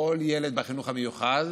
כל ילד בחינוך המיוחד,